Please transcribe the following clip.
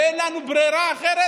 ואין לנו ברירה אחת.